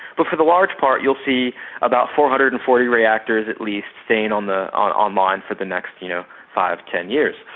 but for the large part you'll see about four hundred and forty reactors at least staying um online for the next you know five, ten years.